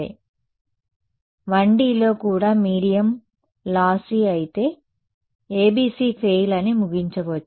కాబట్టి 1D లో కూడా మీడియం లోసి అయితే ABC ఫెయిల్ అని ముగించవచ్చు